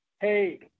Hey